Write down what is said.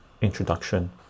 introduction